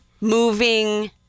moving